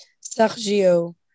Sergio